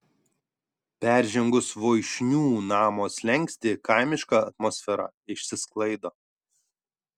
peržengus voišnių namo slenkstį kaimiška atmosfera išsisklaido